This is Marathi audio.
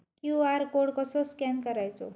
क्यू.आर कोड कसो स्कॅन करायचो?